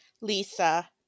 Lisa